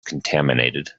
contaminated